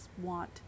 want